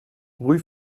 rue